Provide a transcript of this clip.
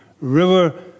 river